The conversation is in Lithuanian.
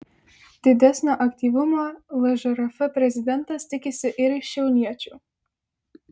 didesnio aktyvumo lžrf prezidentas tikisi ir iš šiauliečių